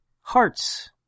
hearts